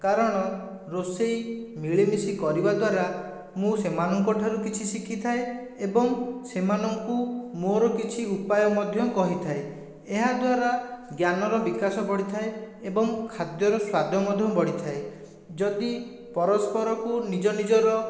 କାରଣ ରୋଷେଇ ମିଳିମିଶି କରିବା ଦ୍ୱାରା ମୁଁ ସେମାନଙ୍କଠାରୁ କିଛି ଶିଖିଥାଏ ଏବଂ ସେମାନଙ୍କୁ ମୋର କିଛି ଉପାୟ ମଧ୍ୟ କହିଥାଏ ଏହାଦ୍ୱାରା ଜ୍ଞାନର ବିକାଶ ବଢ଼ିଥାଏ ଏବଂ ଖାଦ୍ୟର ସ୍ୱାଦ ମଧ୍ୟ ବଢ଼ିଥାଏ ଯଦି ପରସ୍ପରକୁ ନିଜ ନିଜର